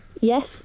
Yes